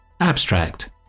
Abstract